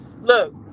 Look